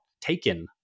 taken